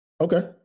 Okay